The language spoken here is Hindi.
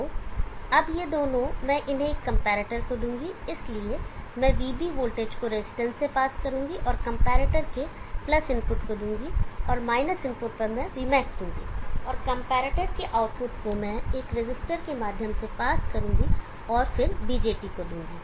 तो अब ये दोनों मैं इन्हें एक कंपैरेटर को दूंगा इसलिए मैं vB वोल्टेज को रजिस्टेंस से पास करूंगा और कंपैरेटर के प्लस इनपुट input को दूंगा और माइनस इनपुट पर मैं vmax दूंगा और कंपैरेटर के आउटपुट को मैं एक रजिस्टर के माध्यम से पास करूंगा और फिर BJT को दूंगा